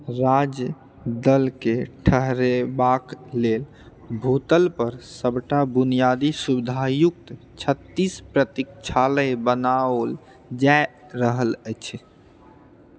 राज्य दलकेँ ठहरबाक लेल भूतल पर सबटा बुनियादी सुविधायुक्त छत्तीस प्रतीक्षालय बनाओल जा रहल अछि